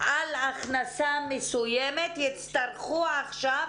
על הכנסה מסוימת יצטרכו עכשיו